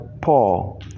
Paul